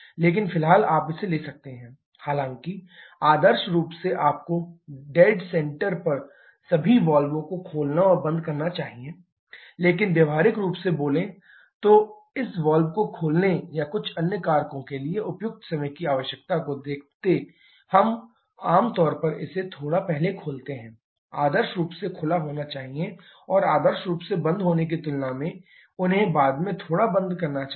लेकिन फिलहाल आप इसे ले सकते हैं हालांकि आदर्श रूप से आपको डैड सेंटर पर सभी वाल्वों को खोलना और बंद करना चाहिए लेकिन व्यवहारिक रूप से बोले तो इस वाल्व को खोलने और कुछ अन्य कारकों के लिए उपयुक्त समय की आवश्यकता को देखते हम आम तौर पर इसे थोड़ा पहले खोलते हैं आदर्श रूप से खुला होना चाहिए और आदर्श रूप से बंद होने की तुलना में उन्हें बाद में थोड़ा बंद करना चाहिए